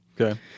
Okay